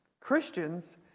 Christians